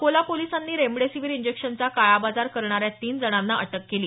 अकोला पोलिसांनी रेमडेसिवीर इंजेक्शनचा काळाबाजार करणाऱ्या तीन जणांना अटक केली